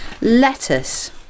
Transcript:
lettuce